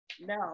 no